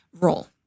role